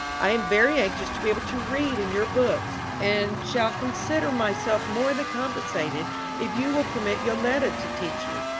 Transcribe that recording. i am very anxious to be able to read in your books, and shall consider myself more than compensated if you will permit yoletta to teach me.